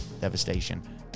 Devastation